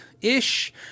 ish